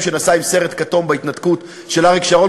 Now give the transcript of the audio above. שנסע עם סרט כתום בהתנתקות של אריק שרון,